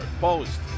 post